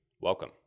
Welcome